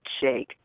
shake